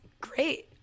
great